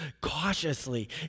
cautiously